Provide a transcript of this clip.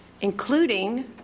including